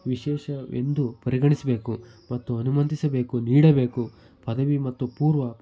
ವಿಶೇಷ ಎಂದು ಪರಿಗಣಿಸಬೇಕು ಮತ್ತು ಅನುಮತಿಸಬೇಕು ನೀಡಬೇಕು ಪದವಿ ಮತ್ತು ಪೂರ್ವ